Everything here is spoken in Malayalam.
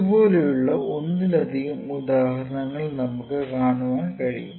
ഇതുപോലുള്ള ഒന്നിലധികം ഉദാഹരണങ്ങൾ നമുക്ക് കാണാൻ കഴിയും